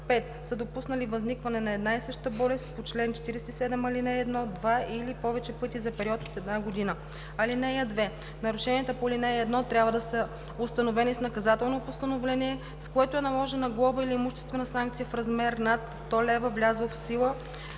5. са допуснали възникване на една и съща болест по чл. 47, ал. 1 два или повече пъти за период от една година. (2) Нарушенията по ал. 1 трябва да са установени с наказателно постановление, с което е наложена глоба или имуществена санкция в размер над 100 лв., влязло в сила